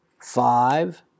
five